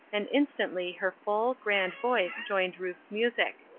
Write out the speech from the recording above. and instantly her full, grand voice joined ruth's music.